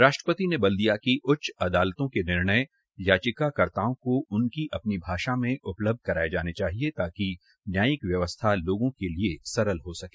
राष्ट्रपति ने बल दिया कि उच्च अदालतों के निर्णय याचिकाकर्ताओं को उनकी अपनी भाषा में उपलब्ध कराये जाने चाहिए ताकि न्यायालय व्यवस्था लोगों के लिए सरल हो सके